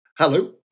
Hello